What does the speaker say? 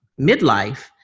midlife